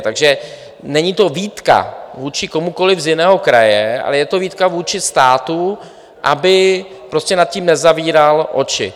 Takže není to výtka vůči komukoli z jiného kraje, ale je to výtka vůči státu, aby nad tím nezavíral oči.